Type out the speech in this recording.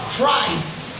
Christ